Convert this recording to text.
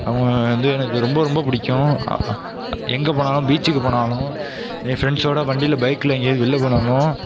அவங்க வந்து எனக்கு ரொம்ப ரொம்ப பிடிக்கும் எங்கே போனாலும் பீச்சுக்கு போனாலும் என் ஃபிரண்ட்ஸோடு வண்டியில் பைக்கில் எங்கியாவது வெளியில் போனாலும்